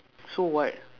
so what